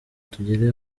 tugere